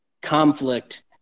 conflict